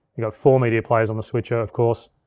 you got four media players on the switcher of course,